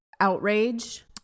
outrage